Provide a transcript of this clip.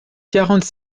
quarante